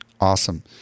Awesome